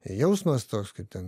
jausmas toks kaip ten